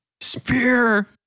Spear